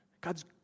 God's